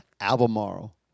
Albemarle